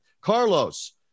Carlos